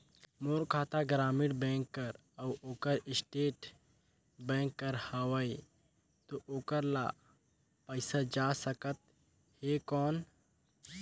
मोर खाता ग्रामीण बैंक कर अउ ओकर स्टेट बैंक कर हावेय तो ओकर ला पइसा जा सकत हे कौन?